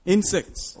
Insects